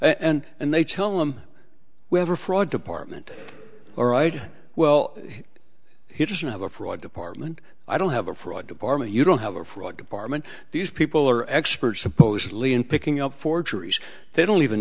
and and they tell him we have a fraud department all right well he doesn't have a fraud department i don't have a fraud department you don't have a fraud department these people are experts supposedly in picking up forgeries they don't even